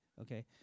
Okay